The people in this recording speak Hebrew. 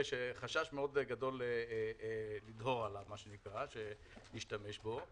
שחשש מאוד גדול לדהור עליו, מה שנקרא, להשתמש בו,